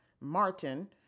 Martin